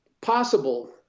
possible